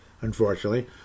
unfortunately